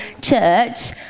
church